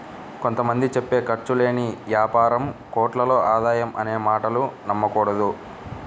కొంత మంది చెప్పే ఖర్చు లేని యాపారం కోట్లలో ఆదాయం అనే మాటలు నమ్మకూడదు